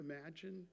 imagine